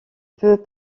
peut